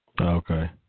Okay